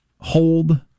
hold